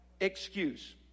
Excuse